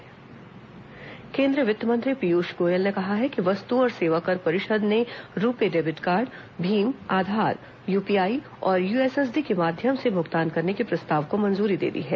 GST परिषद बैठक केंद्रीय वि त्ता मंत्री पीयूष गोयल ने कहा है कि वस्तु और सेवा कर परिषद ने रुपे डेबिट कार्ड भीम आ धार यूपीआ ई और यूएसएसडी के मा ध्यम से भूगतान करने के प्रस्ताव को मंजूरी दे दी है